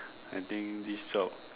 I think this job